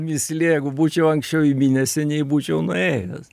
mįslė jeigu būčiau anksčiau įminęs seniai būčiau nuėjęs